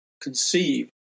conceive